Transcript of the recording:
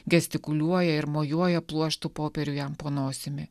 gestikuliuoja ir mojuoja pluoštu popierių jam po nosimi